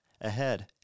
ahead